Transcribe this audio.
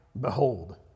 behold